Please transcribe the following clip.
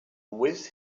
with